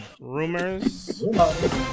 rumors